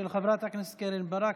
של חברת הכנסת קרן ברק,